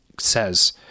Says